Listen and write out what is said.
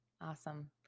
Awesome